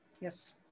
Yes